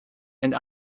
and